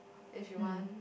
if you want